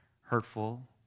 hurtful